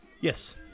Yes